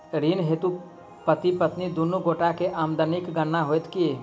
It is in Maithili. ऋण हेतु पति पत्नी दुनू गोटा केँ आमदनीक गणना होइत की?